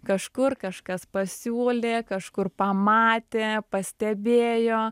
kažkur kažkas pasiūlė kažkur pamatė pastebėjo